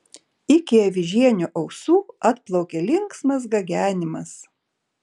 iki avižienio ausų atplaukė linksmas gagenimas